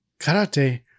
karate